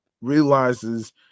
realizes